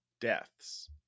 deaths